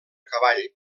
cavall